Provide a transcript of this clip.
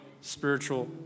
spiritual